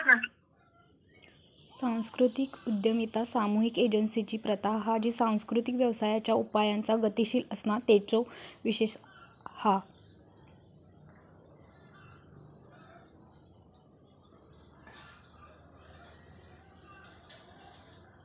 सांस्कृतिक उद्यमिता सामुहिक एजेंसिंची प्रथा हा जी सांस्कृतिक व्यवसायांच्या उपायांचा गतीशील असणा तेचो विशेष हा